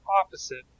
opposite